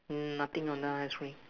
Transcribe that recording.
nothing on the ice cream